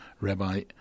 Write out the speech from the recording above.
Rabbi